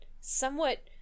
somewhat